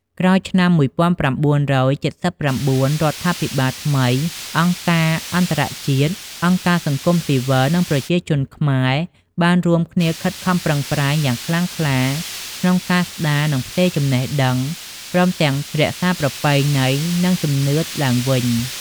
ក្រោយឆ្នាំ១៩៧៩ រដ្ឋាភិបាលថ្មី អង្គការអន្តរជាតិ អង្គការសង្គមស៊ីវិលនិងប្រជាជនខ្មែរ បានរួមគ្នាខិតខំប្រឹងប្រែងយ៉ាងខ្លាំងក្លាក្នុងការស្តារ និងផ្ទេរចំណេះដឹង ព្រមទាំងរក្សាប្រពៃណី និងជំនឿឡើងវិញ។